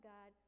God